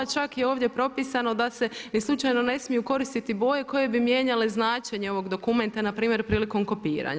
Čak je i ovdje propisano da se ni slučajno ne smiju koristiti boje koje bi mijenjale značenje ovog dokumenta npr. prilikom kopiranja.